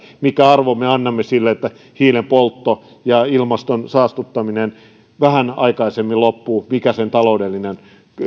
minkä arvon me annamme sille että hiilen poltto ja ilmaston saastuttaminen loppuvat vähän aikaisemmin mikä sen taloudellinen